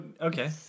Okay